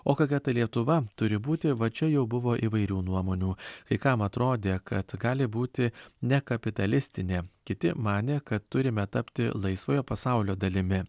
o kokia ta lietuva turi būti va čia jau buvo įvairių nuomonių kai kam atrodė kad gali būti ne kapitalistinė kiti manė kad turime tapti laisvojo pasaulio dalimi